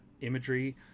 imagery